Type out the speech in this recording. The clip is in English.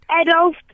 Adolf